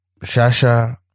Shasha